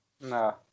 No